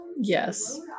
Yes